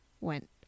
went